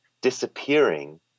disappearing